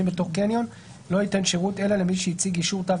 בתוך קניון לא ייתן שירות אלא למי שהציג אישור "תו